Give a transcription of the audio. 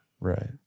Right